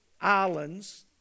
islands